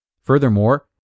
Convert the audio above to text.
Furthermore